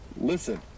Listen